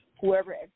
Whoever